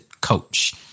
coach